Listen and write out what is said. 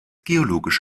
geologisch